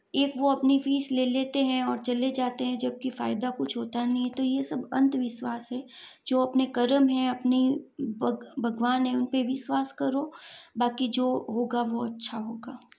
एक वो अपनी फीस ले लेते हैं और चले जाते हैं जबकि फ़ायदा कुछ होता नही तो यह सब अंधविश्वास है जो अपने कर्म हैं अपनी भग भगवान है उनपे विश्वास करो बाकी जो होगा वह अच्छा होगा